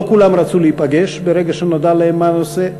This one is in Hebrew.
לא כולם רצו להיפגש ברגע שנודע להם מה הנושא,